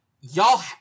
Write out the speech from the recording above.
y'all